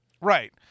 Right